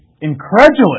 incredulous